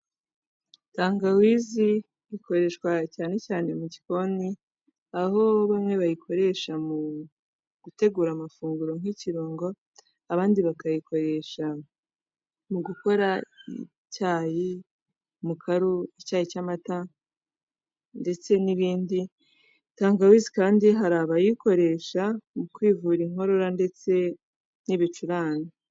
Tangawizi ikoreshwa cyane cyane mu gikoni, aho bamwe bayikoresha mu gutegura amafunguro nk'ikirungo, abandi bakayikoresha mu gukora icyayi, mukaru, icyayi cy'amata ndetse n'ibindi, tangawizi kandi hari abayikoresha mu kwivura inkorora ndetse n'ibicurane.